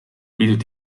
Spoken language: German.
bietet